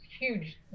huge